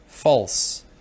False